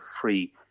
free